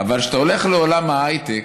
אבל כשאתה הולך לעולם ההייטק,